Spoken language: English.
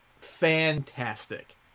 fantastic